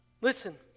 listen